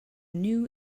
new